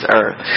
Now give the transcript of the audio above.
earth